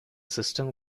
system